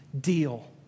deal